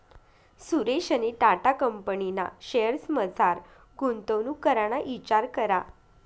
सुरेशनी टाटा कंपनीना शेअर्समझार गुंतवणूक कराना इचार करा